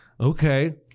okay